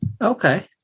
Okay